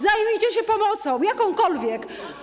Zajmijcie się pomocą, jakąkolwiek.